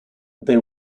they